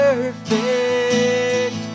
Perfect